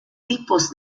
tipos